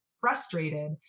frustrated